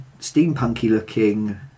steampunky-looking